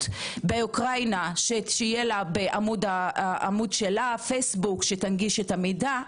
אוקראינה יהיה בעמוד שלה הנגשה של המידע.